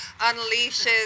unleashes